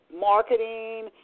marketing